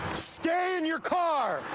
stay in your car!